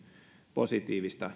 positiivista